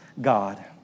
God